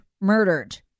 murdered